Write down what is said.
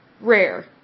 Rare